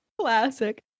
Classic